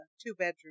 two-bedroom